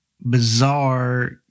bizarre